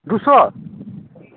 ᱫᱩ ᱥᱚ